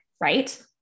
Right